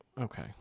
okay